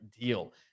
deal